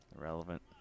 Irrelevant